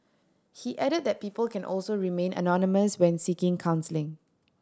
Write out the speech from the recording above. he added that people can also remain anonymous when seeking counselling